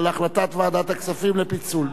על הצעת ועדת הכספים לפיצול.